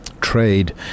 trade